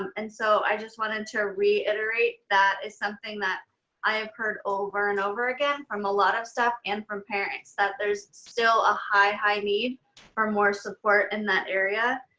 um and so i just wanted to reiterate that is something that i have heard over and over again from a lot of staff, and from parents that there's still a high, high need for more support in that area.